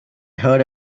heard